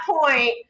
point